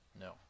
No